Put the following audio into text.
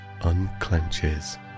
unclenches